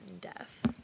death